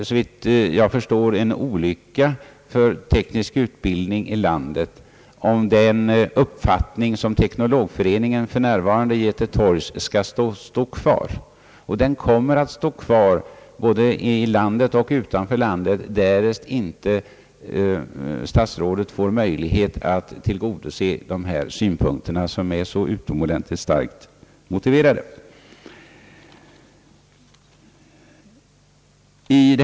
Såvitt jag förstår vore det högst olyckligt för den tekniska utbildningen i landet om den uppfattning som Teknologföreningen här fört till torgs skulle få stå kvar. Den kommer att stå kvar — både inom landet och i utlandet — om inte statsrådet får möjlighet att tillgodose dessa utomordentligt starkt motiverade synpunkter.